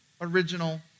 original